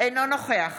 אינו נוכח